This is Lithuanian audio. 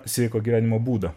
sveiko gyvenimo būdo